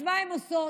אז מה הן עושות?